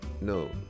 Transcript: no